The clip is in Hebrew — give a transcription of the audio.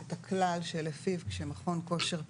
את הכלל שלפיו כשמכון כושר פעיל,